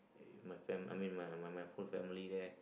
my fam~ I mean my my my whole family there